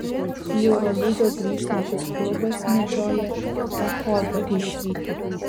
į eurolygą grįžtantis klubas medžioja echodą iš ryto